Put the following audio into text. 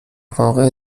واقع